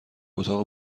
اتاق